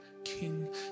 king